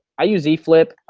i use eflip.